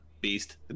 beast